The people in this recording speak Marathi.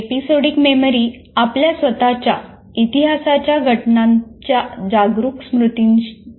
एपिसोडिक मेमरी आपल्या स्वतःच्या इतिहासाच्या घटनांच्या जागरूक स्मृतीचा संदर्भ देते